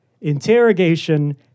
interrogation